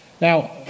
Now